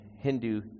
Hindu